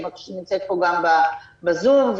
שנמצאת פה גם בזום,